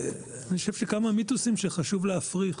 כמה מיתוסים שחשוב להפריך.